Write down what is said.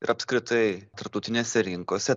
ir apskritai tarptautinėse rinkose